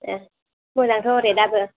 ए मोजांथ' रेद आबो